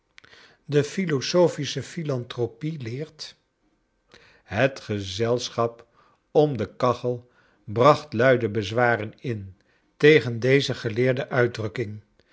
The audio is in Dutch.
de philosophische philanthropic leert het gezelschap om de kachel bracht luide bezwaren in tegen deze geleerde uitdrukking